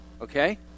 Okay